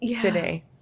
today